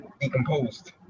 decomposed